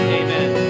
amen